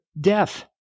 death